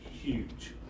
huge